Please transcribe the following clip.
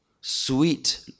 sweet